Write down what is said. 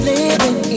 living